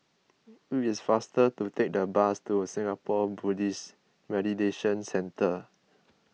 it is faster to take the bus to Singapore Buddhist Meditation Centre